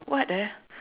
what ah